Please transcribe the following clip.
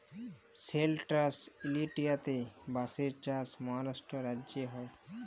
central ইলডিয়াতে বাঁশের চাষ মহারাষ্ট্র রাজ্যে হ্যয়